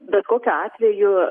bet kokiu atveju